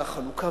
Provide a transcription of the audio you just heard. והחלוקה,